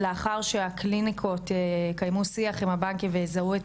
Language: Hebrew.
לאחר שהקליניקות יקיימו שיח עם הבנקים ויזהו את